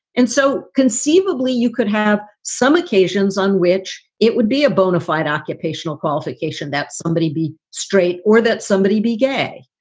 and so, conceivably, you could have some occasions on which it would be a bona fide occupational qualification that somebody be straight or that somebody be gay.